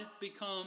become